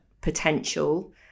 potential